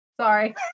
Sorry